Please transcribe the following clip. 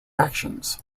actions